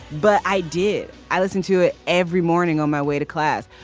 but i did i listened to it every morning on my way to class.